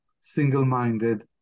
single-minded